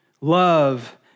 Love